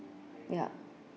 yup